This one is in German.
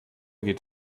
geht